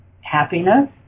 happiness